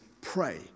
pray